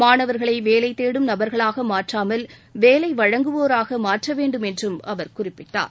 மாணவர்களை வேலை தேடும் நபர்களாக மாற்றாமல் வேலை வழங்குவோராக மாற்ற வேண்டும் என்றும் அவர் குறிப்பிட்டார்